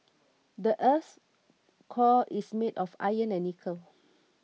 the earth's core is made of iron and nickel